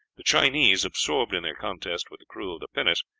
the chinese, absorbed in their contest with the crew of the pinnace,